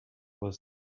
was